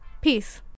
Peace